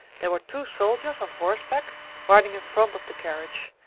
there were two soldiers on horseback riding in front of the carriage,